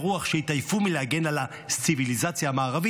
שהתעייפו מלהגן על הציוויליזציה המערבית,